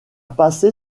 passé